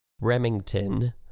Remington